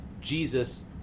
Jesus